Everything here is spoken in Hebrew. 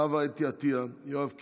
חוה אתי עטייה, יואב קיש,